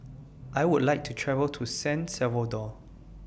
I Would like to travel to San Salvador